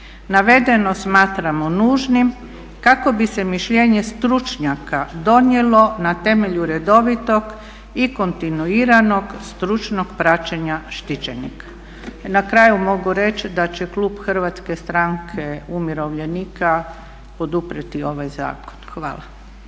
Navedeno smatramo nužnim kako bi se mišljenje stručnjaka donijelo na temelju redovitog i kontinuiranog stručnog praćenja štićenika. I na kraju mogu reći da će klub Hrvatske stranke umirovljenika poduprijeti ovaj zakon. Hvala.